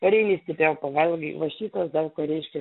pareini stipriau pavalgai va šitas daug ką reiškia